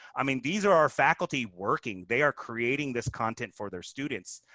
i mean these are our faculty working. they are creating this content for their students.